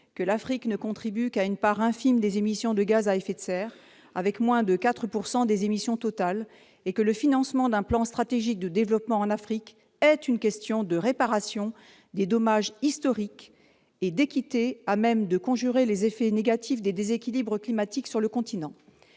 que l'Afrique ne contribue que dans une mesure infime aux émissions de gaz à effet de serre, avec moins de 4 % des émissions totales, et que « le financement d'un plan stratégique de développement en Afrique est une question de réparation des dommages historiques et d'équité à même de conjurer les effets négatifs des déséquilibres climatiques sur le continent